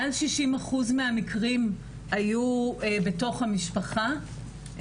מעל 60% מהמקרים היו בתוך המשפחה,